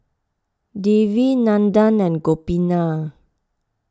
Devi Nandan and Gopinath